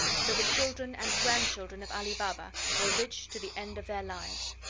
so the children and grandchildren of ali baba were rich to the end of their lives.